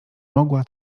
mogła